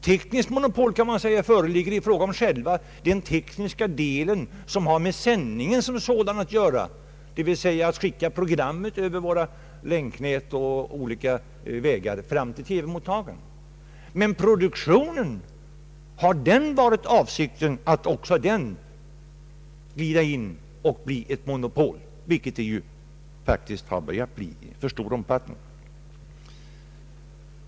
Tekniskt monopol kan man säga föreligger i fråga om den tekniska del som har med sändningen som sådan att göra, d.v.s. att sända programmen ut över länknäten fram till mottagarna. Är avsikten att också låta det som produceras ingå i detta monopol? Så har faktiskt börjat ske i alltför stor omfattning.